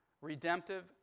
Redemptive